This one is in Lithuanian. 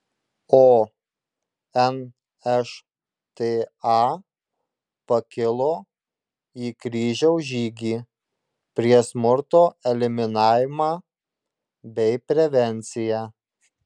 o nšta pakilo į kryžiaus žygį prieš smurto eliminavimą bei prevenciją